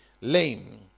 lame